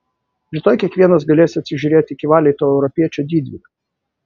rytoj kiekvienas galės atsižiūrėti iki valiai to europiečio didvyrio